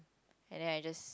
and then I just